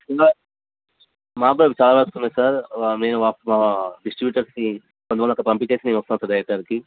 మాకు అవి చాలా వస్తున్నాయి సార్ మేము వ డిస్ట్రిబ్యూటర్స్కి పనులకి పంపించేసి నేను వస్తాను డైరెక్ట్ అక్కడికి